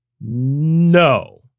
No